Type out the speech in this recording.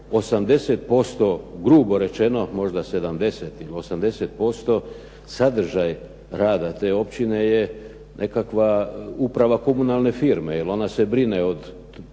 80% grubo rečeno, možda 70 ili 80% sadržaj rada te općine je nekakva uprava komunalne firme jer ona se brine od